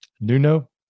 Nuno